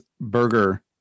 burger